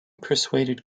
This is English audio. persuaded